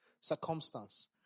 circumstance